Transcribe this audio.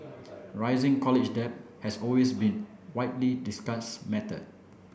rising college debt has always been widely discussed matter